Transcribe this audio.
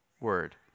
word